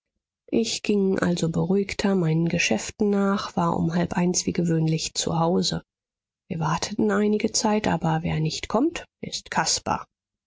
ich ging also beruhigter meinen geschäften nach war um halb eins wie gewöhnlich zu hause wir warteten einige zeit aber wer nicht kommt ist caspar